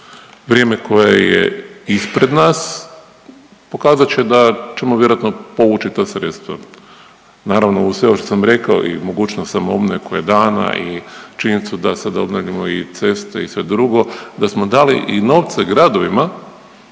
Vrijeme koje je ispred nas pokazat će da ćemo vjerojatno povući ta sredstva. Naravno uz sve ovo što sam rekao mogućnost samoobnove koja je dana i činjenicu da sada obnavljamo i ceste i sve drugo, da smo dali i novce gradovima